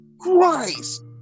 Christ